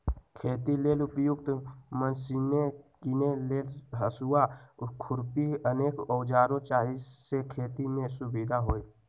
खेती लेल उपयुक्त मशिने कीने लेल हसुआ, खुरपी अनेक आउरो जाहि से खेति में सुविधा होय